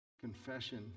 confession